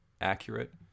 accurate